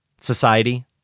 society